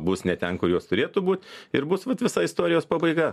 bus ne ten kur jos turėtų būt ir bus vat visa istorijos pabaiga